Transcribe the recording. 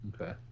okay